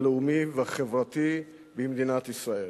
הלאומי והחברתי במדינת ישראל.